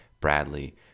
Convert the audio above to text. bradley